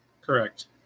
correct